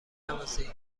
بنوازی